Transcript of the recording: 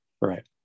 Right